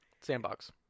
Sandbox